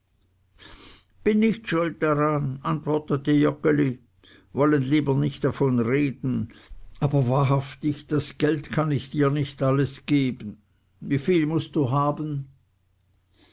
bin nicht schuld daran antwortete joggeli wollen lieber nicht davon reden aber wahrhaftig das geld kann ich dir nicht alles geben wieviel mußt haben